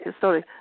Sorry